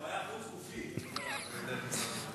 הפריה חוץ-גופית.